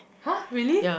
!huh! really